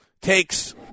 takes